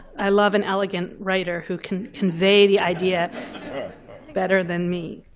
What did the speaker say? i love an elegant writer who can convey the idea better than me.